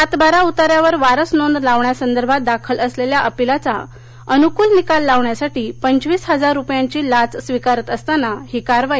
सात बारा उताऱ्यावर वारस नोंद लावण्यासंदर्भात दाखल असलख्खा अपिलाचा अनुकूल निकाल लावण्यासाठी पंचवीस हजार रुपयांची लाच स्वीकारत असताना ही कारवाई करण्यात आली